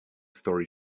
story